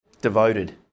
devoted